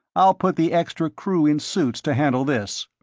i'll put the extra crew in suits to handle this.